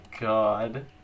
God